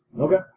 Okay